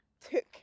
took